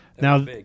now